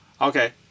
okay